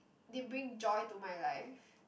they bring joy to my life